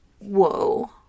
Whoa